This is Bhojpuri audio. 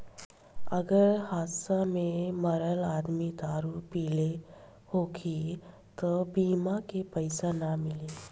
अगर हादसा में मरल आदमी दारू पिले होखी त बीमा के पइसा ना मिली